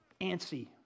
antsy